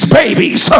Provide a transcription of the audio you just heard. babies